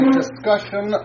discussion